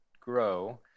grow